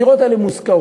הדירות האלה מושכרות.